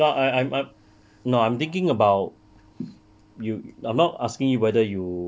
I will I will I will nah I I I'm nah I'm am thinking about